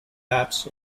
collapse